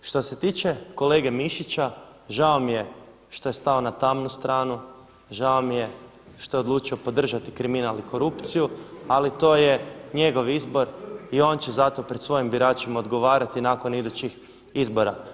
Što se tiče kolege Mišića žao mi je što je stao na tamnu stranu, žao mi je što je odlučio podržati kriminal i korupciju ali to je njegov izbor i on će zato pred svojim biračima odgovarati nakon idućih izbora.